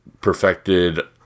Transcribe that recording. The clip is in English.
perfected